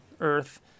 earth